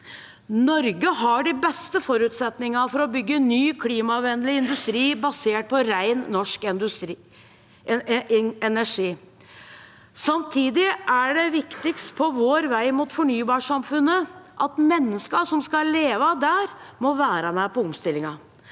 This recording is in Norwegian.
Norge har de beste forutsetningene for å bygge ny klimavennlig industri, basert på ren norsk energi. Samtidig er det viktigste på vår vei mot fornybarsamfunnet at menneskene som skal leve av det, må være med på omstillingen.